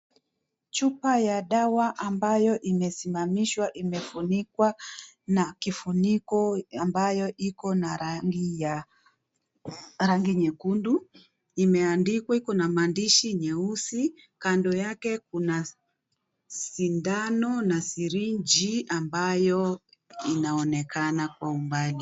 Chupa ya dawa ambayo imesimamishwa imefunikwa na kifuniko ambayo ikona rangi ya rangi nyekundu, imeandikwa ikona maandishi nyeusi kando yake kuna sindano na sirinji ambayo inaonekana kwa umbali.